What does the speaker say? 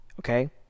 Okay